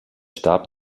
starb